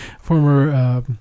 former